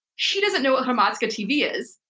she doesn't know what hromadske. tv is.